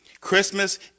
Christmas